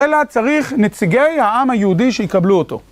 אלא צריך נציגי העם היהודי שיקבלו אותו.